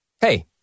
Hey